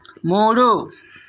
మూడు